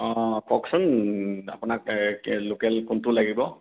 হয় কওকচোন আপোনাক লোকেল কোনটো লাগিব